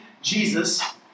Jesus